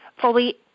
fully